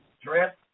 dress